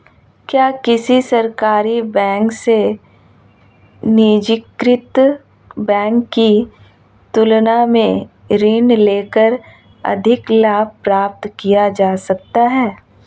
क्या किसी सरकारी बैंक से निजीकृत बैंक की तुलना में ऋण लेकर अधिक लाभ प्राप्त किया जा सकता है?